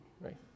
right